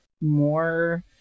more